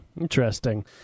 interesting